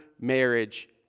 marriage